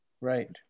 right